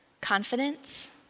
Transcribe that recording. confidence